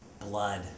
Blood